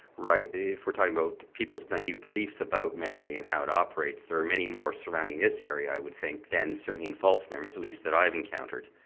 right, if we're talking about people's naive beliefs about memory and how it operates, there are many more surrounding this area i would think than certainly in false memories, at least that i have encountered.